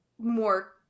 more